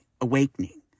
awakening